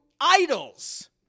idols